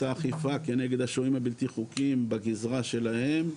האכיפה כנגד השוהים הבלתי חוקיים בגזרה שלהם,